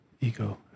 ego